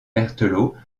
berthelot